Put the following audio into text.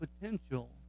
potential